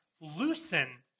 loosen